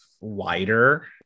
wider